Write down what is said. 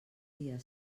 dia